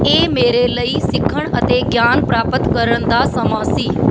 ਇਹ ਮੇਰੇ ਲਈ ਸਿੱਖਣ ਅਤੇ ਗਿਆਨ ਪ੍ਰਾਪਤ ਕਰਨ ਦਾ ਸਮਾਂ ਸੀ